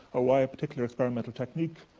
or why a particular experimental technique,